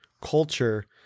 culture